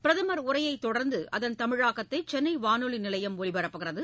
பிரதமர் உரையைத் தொடர்ந்து அதன் தமிழாக்கத்தை சென்னை வானொலி நிலையம் ஒலிபரப்புகிறது